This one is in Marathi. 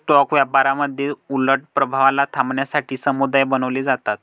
स्टॉक व्यापारामध्ये उलट प्रभावाला थांबवण्यासाठी समुदाय बनवले जातात